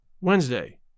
Wednesday